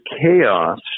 chaos